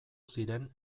ziren